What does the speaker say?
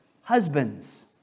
husbands